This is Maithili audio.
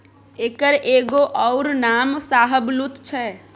एकर एगो अउर नाम शाहबलुत छै